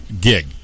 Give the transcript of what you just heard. gig